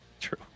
True